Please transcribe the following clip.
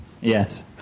yes